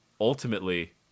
ultimately